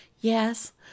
yes